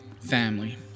family